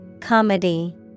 Comedy